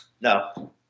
No